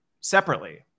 separately